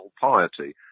piety